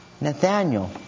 Nathaniel